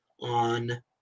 on –